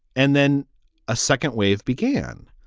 and then a second wave began.